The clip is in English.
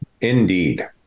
indeed